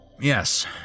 Yes